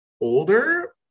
older